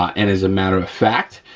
and as a matter of fact,